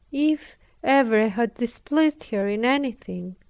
if ever i had displeased her in anything,